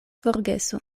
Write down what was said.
forgeso